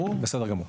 בסדר גמור.